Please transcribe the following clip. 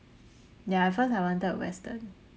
ya at first I wanted western